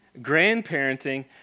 Grandparenting